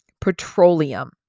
Petroleum